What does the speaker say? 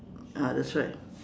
ah that's right